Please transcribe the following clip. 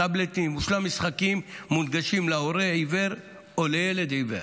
טאבלטים ושלל משחקים מונגשים להורה עיוור או לילד עיוור.